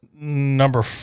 number